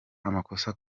amakosa